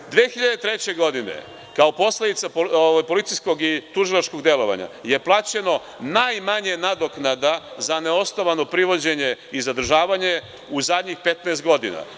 Godine 2003, kao posledica policijskog i tužilačkog delovanja je plaćeno najmanje nadoknada za neosnovano privođenje i zadržavanje u poslednjih 15 godina.